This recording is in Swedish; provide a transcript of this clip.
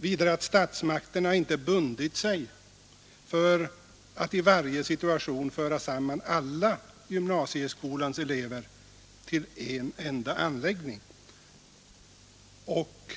Vidare sägs att statsmakterna inte storlek bundit sig för att i varje situation föra samman alla gymnasieskolans elever till en enda anläggning.